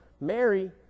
Mary